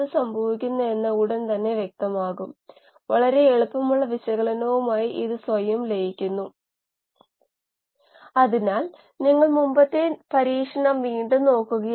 അതായത് ഇംപെല്ലറിന്റെ വ്യാസം തുല്യമായിരിക്കണം അല്ലെങ്കിൽ അത് പ്രവർത്തിക്കില്ല ശരിയല്ലേ